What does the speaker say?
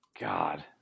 God